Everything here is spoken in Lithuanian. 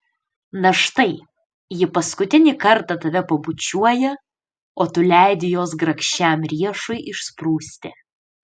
na štai ji paskutinį kartą tave pabučiuoja o tu leidi jos grakščiam riešui išsprūsti